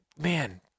man